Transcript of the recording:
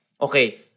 Okay